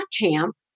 camp